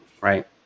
right